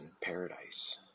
paradise